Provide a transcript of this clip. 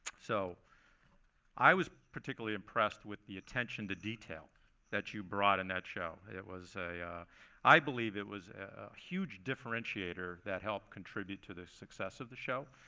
so i was particularly impressed with the attention to detail that you brought in that show. it was i believe it was a huge differentiator that helped contribute to the success of the show.